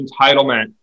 entitlement